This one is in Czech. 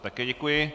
Také děkuji.